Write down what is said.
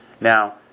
Now